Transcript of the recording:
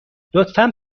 لطفا